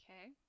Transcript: Okay